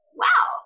wow